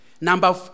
number